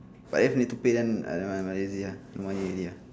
but if need to pay then I don't mind easier more easier